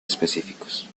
específicos